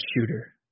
shooter